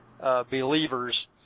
believers